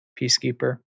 Peacekeeper